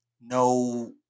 no